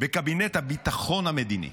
בקבינט הביטחון המדיני,